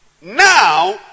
Now